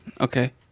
Okay